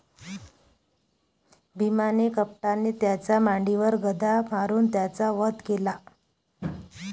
भीमाने कपटाने त्याच्या मांडीवर गदा मारून त्याचा वध केला